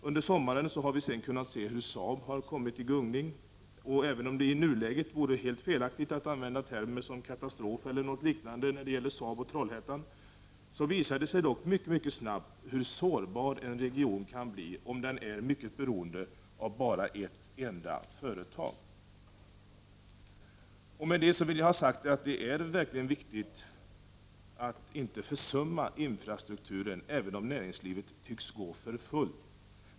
Under sommaren har vi kunnat se hur Saab har kommit i gungning. Även om det i nuläget vore helt felaktigt att använda termer som katastrof eller liknande när det gäller Saab och Trollhättan, visar det sig mycket snart hur sårbar en region kan bli, om den är mycket beroende av ett enda företag. Med detta vill jag ha sagt att det är mycket viktigt att inte försumma infrastrukturen, även om näringslivet tycks gå för fullt.